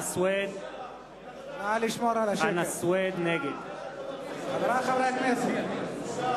חנא סוייד, נגד רבותי חברי הכנסת.